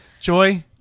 Joy